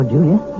Julia